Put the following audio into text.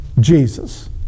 Jesus